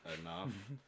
enough